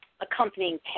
accompanying